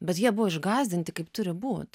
bet jie buvo išgąsdinti kaip turi būt